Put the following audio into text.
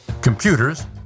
Computers